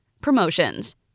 Promotions